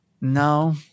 No